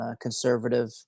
conservative